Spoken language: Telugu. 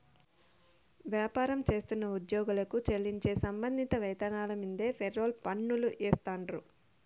వ్యాపారం చేస్తున్న ఉద్యోగులకు చెల్లించే సంబంధిత వేతనాల మీన్దే ఫెర్రోల్ పన్నులు ఏస్తాండారు